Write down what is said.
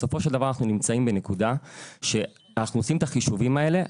בסופו של דבר אנחנו נמצאים בנקודה שאנחנו עושים את החישובים האלה,